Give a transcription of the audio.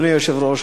אדוני היושב-ראש,